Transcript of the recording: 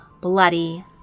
bloody